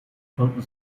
konnten